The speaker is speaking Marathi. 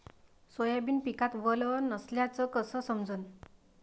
सोयाबीन पिकात वल नसल्याचं कस समजन?